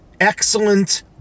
Excellent